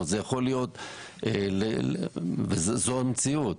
זו המציאות.